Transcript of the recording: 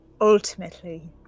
Ultimately